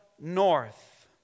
north